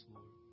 Lord